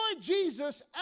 Jesus